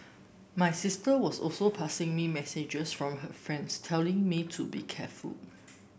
my sister was also passing me messages from her friends telling me to be careful